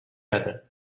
other